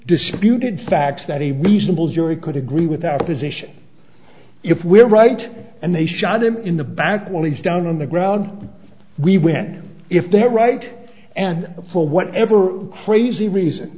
disputed facts that a reasonable jury could agree with our position if we're right and they shot him in the back while he's down on the ground we went if they're right and for whatever crazy reason